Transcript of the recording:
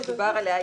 הזאת,